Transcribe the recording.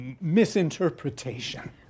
misinterpretation